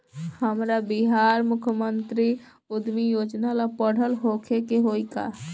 हमरा बिहार मुख्यमंत्री उद्यमी योजना ला पढ़ल होखे के होई का?